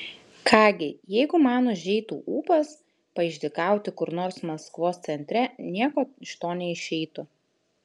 ką gi jeigu man užeitų ūpas paišdykauti kur nors maskvos centre nieko iš to neišeitų